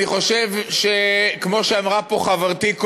אני חושב שכמו שאמרה פה חברתי,